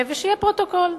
שיהיה פרוטוקול.